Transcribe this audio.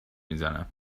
میزنم